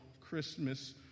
Christmas